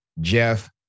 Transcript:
Jeff